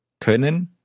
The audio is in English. Können